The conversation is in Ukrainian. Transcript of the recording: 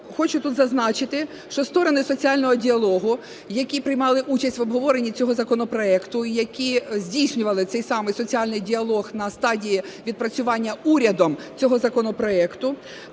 Хочу тут зазначити, що сторони соціального діалогу, які приймали участь в обговоренні цього законопроекту і які здійснювали цей самий соціальний діалог на стадії відпрацювання урядом цього законопроекту,